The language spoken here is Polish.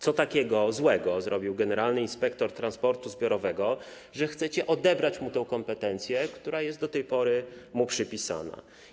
Co takiego złego zrobił generalny inspektor transportu zbiorowego, że chcecie odebrać mu tę kompetencję, która do tej pory jest mu przypisana?